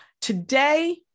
Today